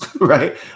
right